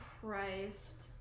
Christ